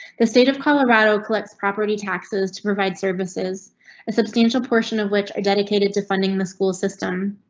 the state of colorado collects property taxes to provide services a substantial portion of which are dedicated to funding the school system.